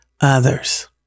Others